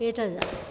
एतद्